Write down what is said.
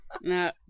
No